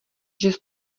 žes